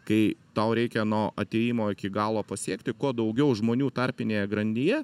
kai tau reikia nuo atėjimo iki galo pasiekti kuo daugiau žmonių tarpinėje grandyje